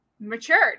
matured